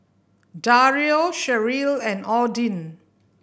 Dario Cherrelle and Odin